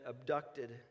abducted